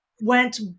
went